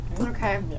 Okay